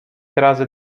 razy